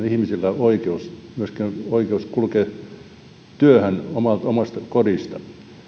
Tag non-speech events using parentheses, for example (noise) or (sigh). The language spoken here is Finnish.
(unintelligible) ihmisillä on oikeus elinkeinon harjoittamiseen myöskin oikeus kulkea työhön omasta omasta kodistaan